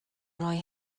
roi